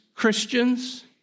Christians